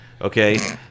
okay